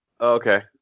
Okay